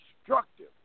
destructive